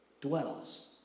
dwells